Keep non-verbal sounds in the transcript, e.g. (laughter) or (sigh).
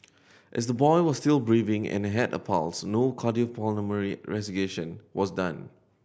as the boy was still breathing and had a pulse no cardiopulmonary (unintelligible) was done